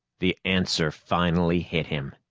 the answer finally hit him!